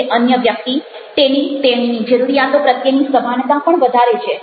તે અન્ય વ્યક્તિ તેનીતેણીની જરૂરિયાતો પ્રત્યેની સભાનતા પણ વધારે છે